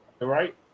Right